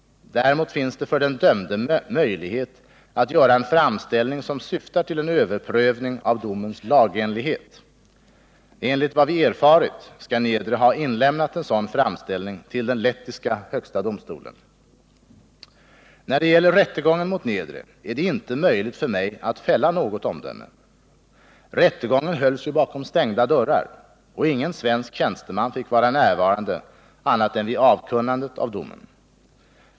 Däremot finns det för den dömde möjlighet att göra en framställning som syftar till en överprövning av domens lagenlighet. Enligt vad vi erfarit skall Niedre ha inlämnat en sådan framställning till den lettiska högsta domstolen. När det gäller rättegången mot Niedre är det inte möjligt för mig att fälla något omdöme. Rättegången hölls ju bakom stängda dörrar, och ingen svensk tjänsteman fick vara närvarande annat än vid avkunnandet av domen.